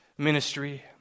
Ministry